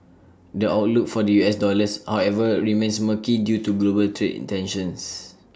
the outlook for the U S dollars however remains murky due to global trade intentions